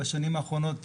בשנים האחרונות,